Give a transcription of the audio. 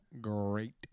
great